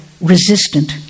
resistant